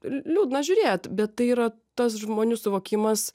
liūdna žiūrėt bet tai yra tas žmonių suvokimas